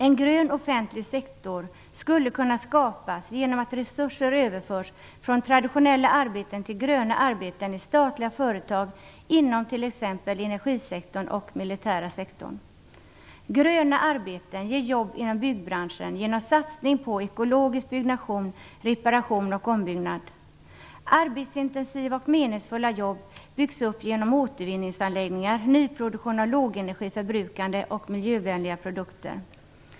En grön offentlig sektor skulle kunna skapas genom att resurser överförs från traditionella arbeten till gröna arbeten i statliga företag inom t.ex. energisektorn och militära sektorn. Gröna arbeten ger jobb inom byggbranschen genom satsning på ekologisk byggnation, reparation och ombyggnad. Arbetsintensiva och meningsfulla jobb byggs upp genom återvinningsanläggningar, nyproduktion av lågenergiförbrukande och miljövänliga produkter.